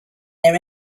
their